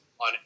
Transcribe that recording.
on